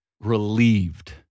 relieved